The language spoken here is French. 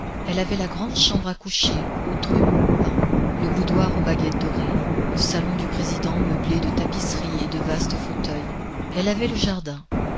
elle avait la grande chambre à coucher aux trumeaux peints le boudoir aux baguettes dorées le salon du président meublé de tapisseries et de vastes fauteuils elle avait le jardin